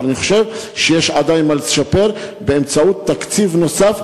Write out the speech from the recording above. אבל אני חושב שיש עדיין מה לשפר באמצעות תקציב נוסף,